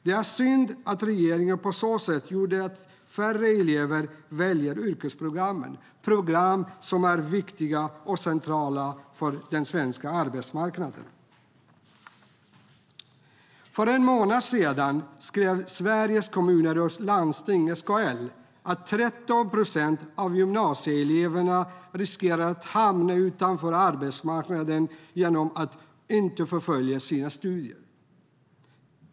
Det är synd att regeringen på så sätt gjort att färre elever väljer yrkesprogrammen, program som är viktiga och centrala för den svenska arbetsmarknaden. För en månad sedan skrev Sveriges Kommuner och Landsting, SKL, att 13 procent av gymnasieeleverna riskerar att hamna utanför arbetsmarknaden genom att de inte fullföljer sina studier.